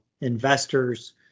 investors